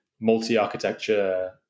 multi-architecture